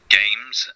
games